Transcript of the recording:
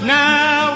now